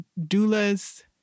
doulas